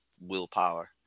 willpower